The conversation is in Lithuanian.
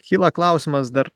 kyla klausimas dar